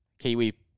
Kiwi